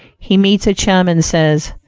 he meets a chum and says,